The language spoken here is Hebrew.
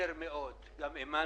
יודעים מה התוצאה,